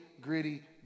gritty